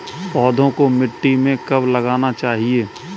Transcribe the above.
पौधों को मिट्टी में कब लगाना चाहिए?